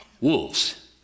wolves